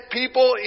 people